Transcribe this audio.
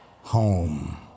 home